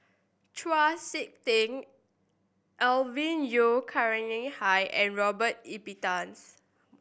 Chau Sik Ting Alvin Yeo Khirn Hai and Robert Ibbetson